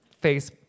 face